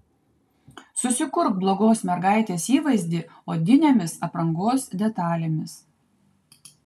susikurk blogos mergaitės įvaizdį odinėmis aprangos detalėmis